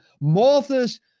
Malthus